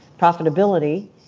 profitability